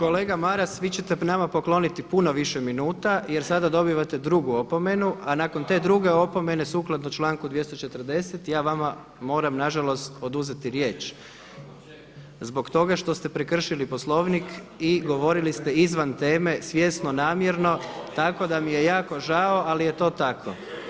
Kolega Maras, vi ćete nama pokloniti puno više minuta jer sada dobivate 2. opomenu, a nakon te druge opomene sukladno članku 240. ja vama moram nažalost oduzeti riječ zbog toga što ste prekršili Poslovnik i govorili ste izvan teme svjesno, namjerno, tako da mi je jako žao ali je to tako.